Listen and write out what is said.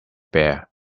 bear